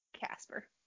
Casper